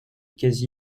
quasi